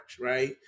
right